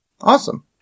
Awesome